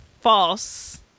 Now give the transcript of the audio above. false